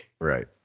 Right